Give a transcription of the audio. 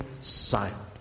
silent